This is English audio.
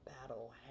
battle